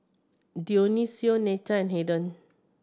Dionicio Netta and Haiden